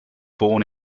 born